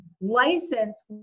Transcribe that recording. license